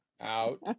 out